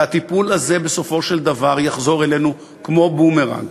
והטיפול הזה בסופו של דבר יחזור אלינו כמו בומרנג.